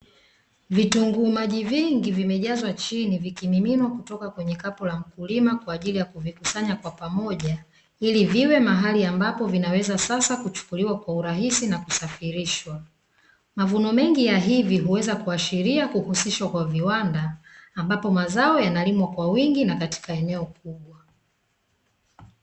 vitunguu maji vingi vimejazwa kutoka chini, vimemiminwa kutoka kwenye kapu la mkulima vikikusanywa pamoja ili viwe mahali ambapo sasa vinaweza kuchukuliwa kwa urahisi na kusafirishwa , mavuno mengi ya hivi huweza kuhasiria kuhusishwa kwa viwanda ambapo mazao yanaliwa kwa wingi na katika mazao makubwa.